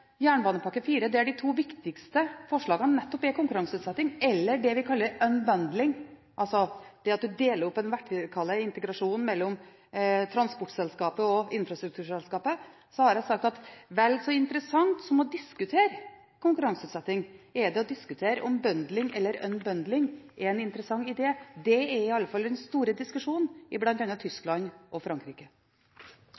Jernbanepakke IV – der de to viktigste forslagene nettopp er konkurranseutsetting, og det vi kaller «unbundling», altså det at en deler opp den vertikale integrasjonen mellom transportselskapet og infrastrukturselskapet – sagt at vel så interessant som å diskutere konkurranseutsetting, er det å diskutere «bundling» eller «unbundling». Det er i alle fall den store diskusjonen i